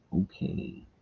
Okay